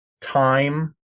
time